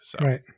Right